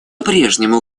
прежнему